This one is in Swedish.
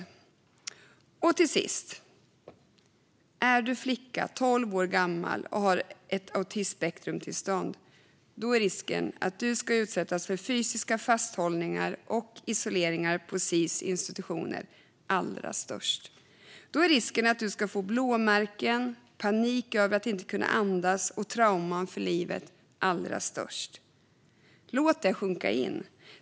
Till sist vill jag säga att om du är flicka, tolv år gammal och har ett autismspektrumtillstånd är risken att du ska utsättas för fysiska fasthållningar och isolering på Sis institutioner allra störst. Då är risken att du ska få blåmärken, panik över att inte kunna andas och trauman för livet allra störst. Låt det sjunka in!